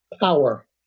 power